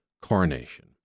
Coronation